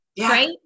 Right